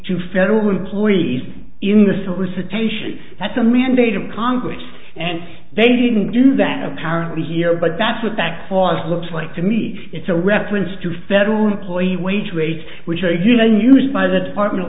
to federal employees in the solicitation that's a mandate of congress and they didn't do that apparently here but that's what backboards looks like to me it's a reference to federal employee wage rates which are union used by the department of